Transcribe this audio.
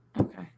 okay